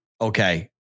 okay